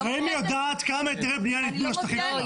רמ"י יודעת כמה היתרי בנייה ניתנו לשטחים שלה.